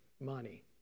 money